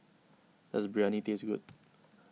does Biryani taste good